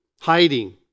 Hiding